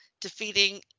defeating